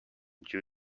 due